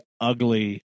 ugly